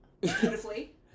Beautifully